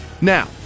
Now